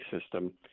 system